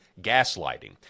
gaslighting